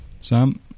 Sam